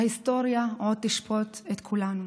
ההיסטוריה עוד תשפוט את כולנו.